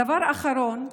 דבר אחרון,